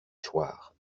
choir